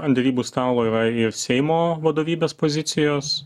an derybų stalo yra ir seimo vadovybės pozicijos